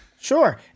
Sure